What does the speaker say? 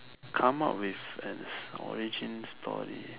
come up with an origin story